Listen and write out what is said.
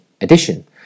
addition